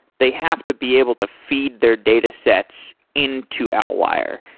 they have to be able to feed their datasets into outlier.